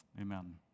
Amen